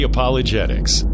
Apologetics